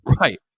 right